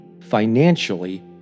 financially